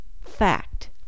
fact